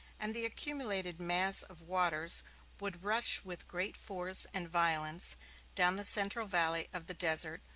and the accumulated mass of waters would rush with great force and violence down the central valley of the desert,